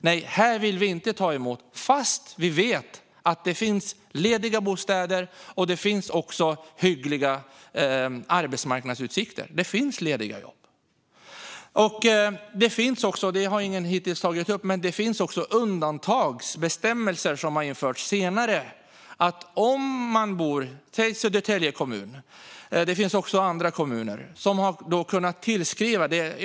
Nej, här vill vi inte ta emot er. De säger så fast vi vet att det finns såväl lediga bostäder som hyggliga arbetsmarknadsutsikter och lediga jobb. Något som hittills ingen tagit upp i debatten är att det finns undantagsbestämmelser som har införts senare. De gäller till exempel Södertälje kommun men även andra.